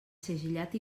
segellat